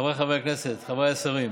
חבריי חברי הכנסת, חבריי השרים,